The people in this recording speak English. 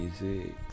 music